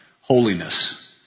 holiness